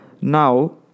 Now